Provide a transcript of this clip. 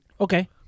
okay